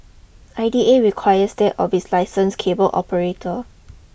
I D A requires that of its licensed cable operator